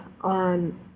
on